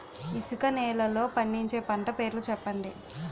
ఇసుక నేలల్లో పండించే పంట పేర్లు తెలపండి?